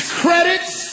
credits